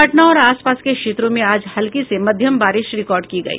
पटना और आसपास के क्षेत्रों में आज हल्की से मध्यम बारिश रिकार्ड की गयी